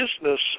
business